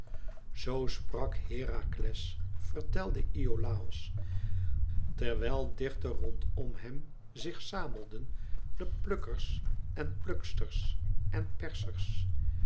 zoo sprak herakles vertelde iolàos terwijl dichter rondom hem zich zamelden de plukkers en pluksters en persers